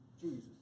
Jesus